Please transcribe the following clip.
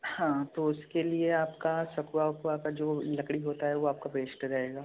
हाँ तो उसके लिए आपका सकुआ उकुआ का जो लकड़ी होता है वह आपको बेस्ट रहेगा